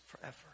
forever